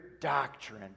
doctrine